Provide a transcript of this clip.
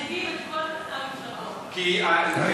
החשמליים --- את כל --- כי --- יש